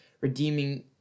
redeeming